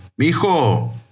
Mijo